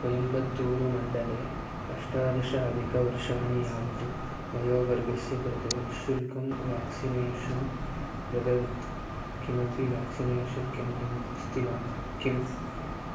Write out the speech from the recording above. कोयम्बत्तूरुमण्डले अष्टादशाधिकवर्षाणि यावत् वयोवर्गस्य कृते निःशुल्कं व्याक्सिनेषन् ददत् किमपि व्याक्सिनेषन् केन्द्रम् अस्ति वा किम्